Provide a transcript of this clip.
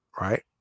right